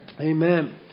Amen